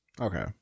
okay